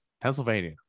Pennsylvania